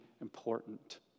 important